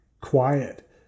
quiet